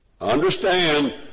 Understand